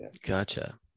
gotcha